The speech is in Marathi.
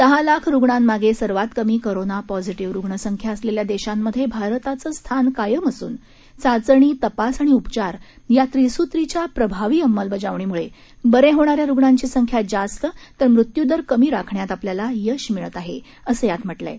दहा लाख रूग्णांमागे सर्वात कमी कोरोना पॅझिटिव्ह रूग्णसंख्या असलेल्या देशांमधे भारताचं स्थान कायम असून चाचणी तपास आणि उपचार या त्रिसूत्रीच्या प्रभावी अंमलबजावणीमुळे बरे होणा या रूग्णांची संख्या जास्त तर मृत्युदर कमी राखण्यात आपल्याला आपल्याला यश मिळत आहे असं यात म्हटलं आहे